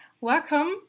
Welcome